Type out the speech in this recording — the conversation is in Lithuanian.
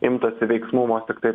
imtasi veiksmų vos tiktai